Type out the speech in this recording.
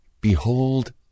Behold